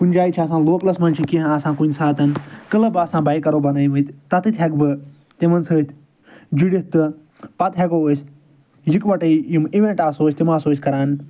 کُنہِ جایہِ چھ آسان لوکلَس مَنٛز چھ کینٛہہ آسان کُنہِ ساتَن کٕلب آسان بایکَرو بَنٲے مٕتۍ تَتیٚتھ ہیٚکہٕ بہٕ تِمن سۭتۍ جُڑِتھ تہٕ پَتہٕ ہیٚکو أسۍ یِکوٹے یِم اِویٚنٹ آسو أسۍ تِم آسو أسۍ کَران